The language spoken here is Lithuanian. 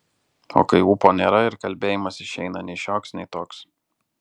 o kai ūpo nėra ir kalbėjimas išeina nei šioks nei toks